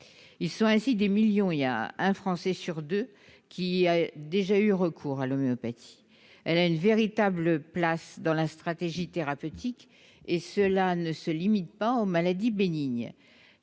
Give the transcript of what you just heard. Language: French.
de soins de nos compatriotes. Un Français sur deux y a déjà eu recours. L'homéopathie a une véritable place dans la stratégie thérapeutique, et cela ne se limite pas aux maladies bégnines.